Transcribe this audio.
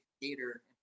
theater